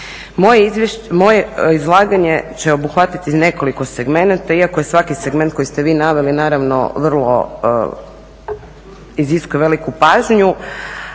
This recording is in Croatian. Moje izlaganje će obuhvatiti nekoliko segmenata iako je svaki segment koji ste vi naveli naravno vrlo, iziskuje veliku pažnju